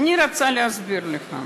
אני רוצה להסביר לך: